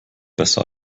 besser